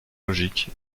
logique